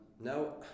Now